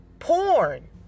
porn